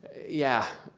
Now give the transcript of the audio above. yeah,